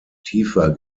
tiefer